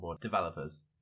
developers